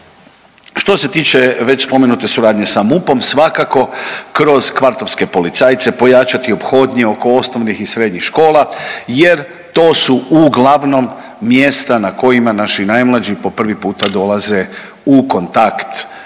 Što se tiče već spomenute suradnje sa MUP-om svakako kroz kvartovske policajce pojačati ophodnje oko osnovnih i srednjih škola jer to su uglavnom mjesta na kojima naši najmlađi po prvi puta dolaze u kontakt